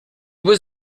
was